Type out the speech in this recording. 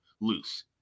loose